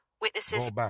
Witnesses